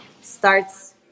starts